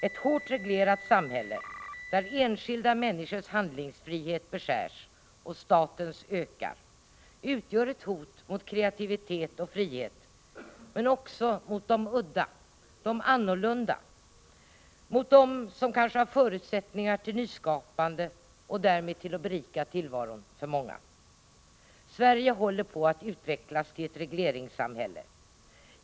Ett hårt reglerat samhälle där enskilda människors handlingsfrihet beskärs och statens ökar utgör ett hot mot kreativitet och frihet men också mot de udda och de annorlunda, mot dem som kanske har förutsättningar för nyskapande och därmed för att berika tillvaron för många. Sverige håller på att utvecklas till ett regleringssamhälle.